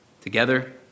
together